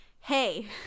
hey